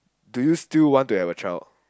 do you still want to have a child